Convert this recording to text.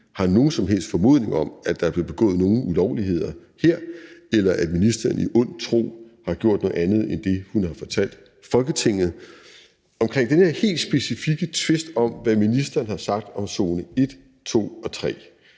har nogen som helst formodning om, at der er blevet begået nogen ulovligheder her, eller at ministeren i ond tro har gjort noget andet end det, hun har fortalt Folketinget. Om den her helt specifikke tvist om, hvad ministeren har sagt om zone 1, 2 og 3,